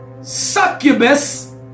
Succubus